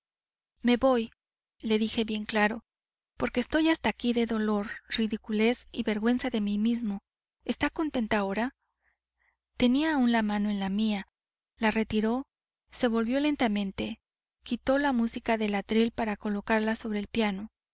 bastante me voy le dije bien claro porque estoy hasta aquí de dolor ridiculez y vergüenza de mí mismo está contenta ahora tenía aún la mano en la mía la retiró se volvió lentamente quitó la música del atril para colocarla sobre el piano